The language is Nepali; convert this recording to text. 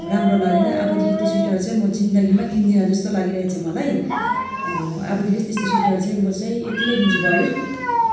राम्रो लागेन अबदेखि त्यो स्वेटर चाहिँ म जिन्दगीमा किन्दिनँ जस्तो लागिरहेछ मलाई अबदेखि त्यस्तो स्वेटर चाहिँ म चाहिँ यति नै किन्छु भयो